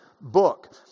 book